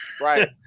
Right